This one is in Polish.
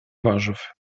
warzyw